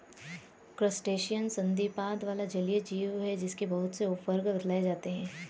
crustacean संधिपाद वाला जलीय जीव है जिसके बहुत से उपवर्ग बतलाए जाते हैं